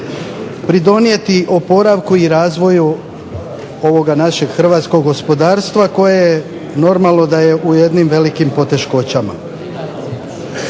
pridonijeti oporavku i razvoju ovoga našeg hrvatskog gospodarstva, koje normalno da je u jednim velikim poteškoćama.